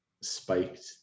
spiked